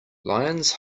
lions